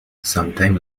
sometime